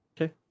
Okay